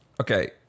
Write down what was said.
Okay